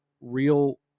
real